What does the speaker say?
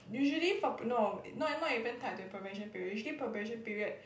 usually for no not not even tied to your probation period usually probation period